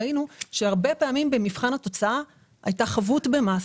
ראינו שהרבה פעמים במבחן התוצאה הייתה חבות במס.